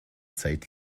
zeit